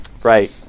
Right